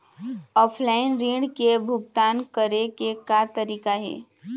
Offline ऋण के भुगतान करे के का तरीका हे?